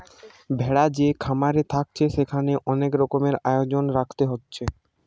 ভেড়া যে খামারে থাকছে সেখানে অনেক রকমের আয়োজন রাখতে হচ্ছে